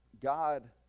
God